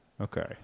Okay